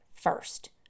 first